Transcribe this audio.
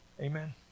Amen